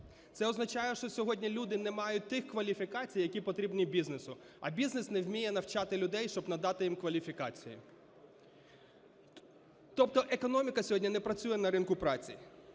Це означає, що сьогодні люди не мають тих кваліфікацій, які потрібні бізнесу, а бізнес не вміє навчати людей, щоб надати їм кваліфікації. Тобто економіка сьогодні не працює на ринку праці.